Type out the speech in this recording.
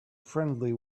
friendly